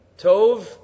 Tov